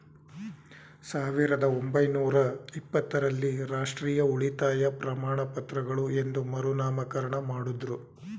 ಸಾವಿರದ ಒಂಬೈನೂರ ಇಪ್ಪತ್ತ ರಲ್ಲಿ ರಾಷ್ಟ್ರೀಯ ಉಳಿತಾಯ ಪ್ರಮಾಣಪತ್ರಗಳು ಎಂದು ಮರುನಾಮಕರಣ ಮಾಡುದ್ರು